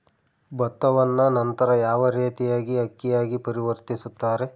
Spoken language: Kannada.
ಭತ್ತವನ್ನ ನಂತರ ಯಾವ ರೇತಿಯಾಗಿ ಅಕ್ಕಿಯಾಗಿ ಪರಿವರ್ತಿಸುತ್ತಾರೆ?